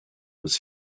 was